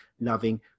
loving